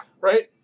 Right